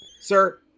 Sir